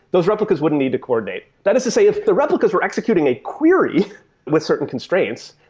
those replicas wouldn't need to coordinate. that is to say, if the replicas were executing a query with certain constraints,